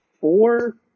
four